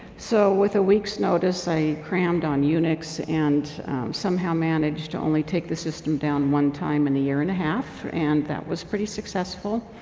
so, with a week's notice, i crammed on unix and somehow managed to only take the system down one time in a year and a half. and that was pretty successful.